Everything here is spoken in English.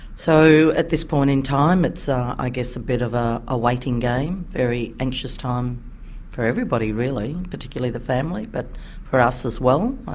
so at this point in time it's i guess a bit of ah a waiting game, a very anxious time for everybody really, particularly the family, but for us as well.